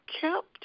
kept